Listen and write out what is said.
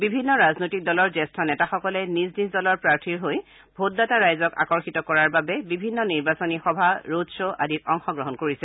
বিভিন্ন ৰাজনৈতিক দলৰ জ্যেষ্ঠ নেতাসকলে নিজ নিজ দলৰ প্ৰাৰ্থীৰ হৈ ভোটদাতা ৰাইজক আকৰ্যিত কৰাৰ বাবে বিভিন্ন নিৰ্বাচনী সভা ৰোড শ্ব আদিত অংশগ্ৰহণ কৰিছে